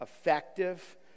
effective